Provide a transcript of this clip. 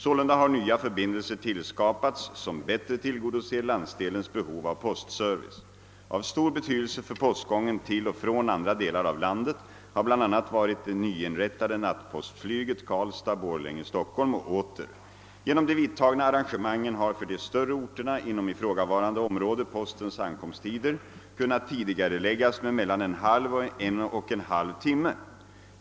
Sålunda har nya förbindelser tillskapats, som bättre tillgodoser landsdelens behov av postservice. Av stor betydelse för postgången till och från andra delar av landet har bl.a. varit det nyinrättade <nattpostflyget Karlstad—Borlänge—Stockholm och åter. Genom de vidtagna arrangemangen har för de större orterna inom ifrågavarande område postens ankomsttider kunnat tidigareläggas med mellan en halv och en och en halv timme.